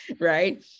Right